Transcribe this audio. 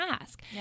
ask